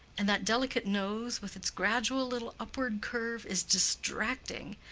and that delicate nose with its gradual little upward curve is distracting.